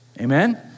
Amen